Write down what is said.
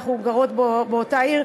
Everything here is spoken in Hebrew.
אנחנו גרות באותה עיר.